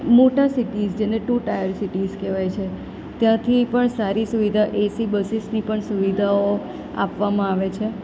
મોટા સીટીસ જેને two tier cities કહેવાય છે ત્યાંથી પણ સારી સુવિધા એસી બસીસની પણ સુવિધાઓ આપવામાં આવે છે